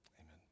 amen